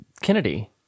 Kennedy